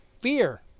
fear –